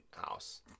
house